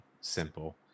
simple